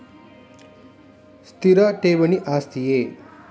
ಸ್ಥಿರ ಠೇವಣಿ ಆಸ್ತಿಯೇ?